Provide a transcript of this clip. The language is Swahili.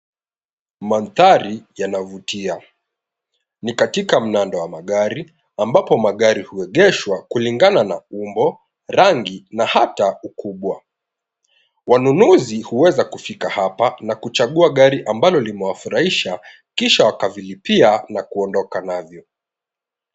Mandhari yanavutia. Ni katika mnando wa magari ambapo magari huegeshwa kulingana na umbo, rangi, na hata ukubwa. Wanunuzi huweza kufika hapa na kuchagua gari ambalo limewafurahisha kisha wakavilipia na kuondoka navyo.